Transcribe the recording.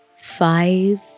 Five